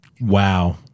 Wow